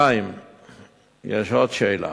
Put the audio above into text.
2. יש עוד שאלה,